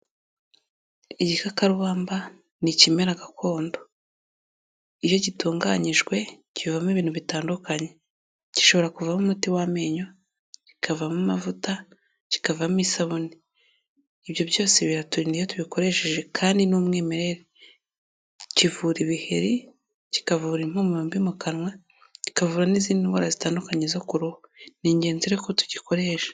Igikakarubamba ni ikimera gakondo, iyo gitunganyijwe kivamo ibintu bitandukanye, gishobora kuvamo umuti w'amenyo, kikavamo amavuta, kikavamo isabune, ibyo byose biraturinda iyo tubikoresheje kandi n'umwimerere, kivura ibiheri, kikavura impumuro mbi mu kanwa, kikavura n'izindi ndwara zitandukanye zo ku ruhu, ni ingenzi rero ko tugikoresha.